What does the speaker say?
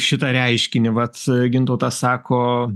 šitą reiškinį vat gintautas sako